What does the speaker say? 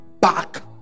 back